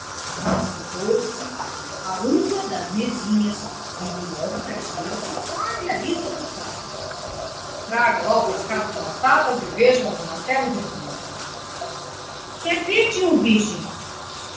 e assentou-se a uma das mesinhas vindo logo o caixeiro cantar lhe a lista dos pratos traga lá o pescado com batatas e veja um martelo de vinho quer verde ou virgem